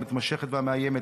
המתמשכת והמאיימת,